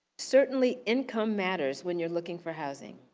certainly income matters when you're looking for housing.